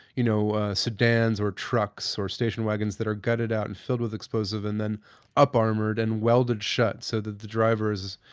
you know sedans or trucks or station wagons that are gutted out and filled with explosive and then up armored and welded shut so that the drivers,